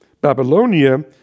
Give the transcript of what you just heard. Babylonia